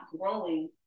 growing